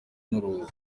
n’uruza